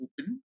open